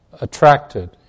attracted